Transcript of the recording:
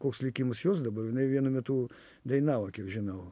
koks likimas jos dabar jinai vienu metu dainavo kiek žinau